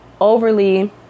overly